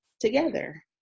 together